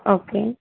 okay